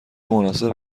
مناسب